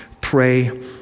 pray